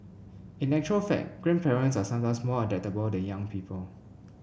in actual fact grandparents are sometimes more adaptable than young people